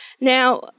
Now